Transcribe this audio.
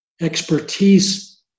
expertise